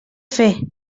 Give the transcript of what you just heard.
fer